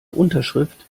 unterschrift